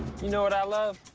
know what i love?